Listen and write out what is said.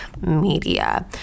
media